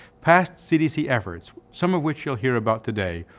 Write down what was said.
past cdc efforts, some of which you'll hear about today,